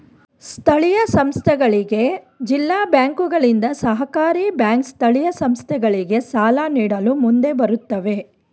ಸ್ಥಳೀಯ ಸಂಸ್ಥೆಗಳಿಗೆ ಜಿಲ್ಲಾ ಬ್ಯಾಂಕುಗಳಿಂದ, ಸಹಕಾರಿ ಬ್ಯಾಂಕ್ ಸ್ಥಳೀಯ ಸಂಸ್ಥೆಗಳಿಗೆ ಸಾಲ ನೀಡಲು ಮುಂದೆ ಬರುತ್ತವೆ